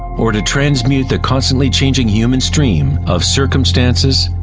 or to transmute the constantly changing human stream of circumstances,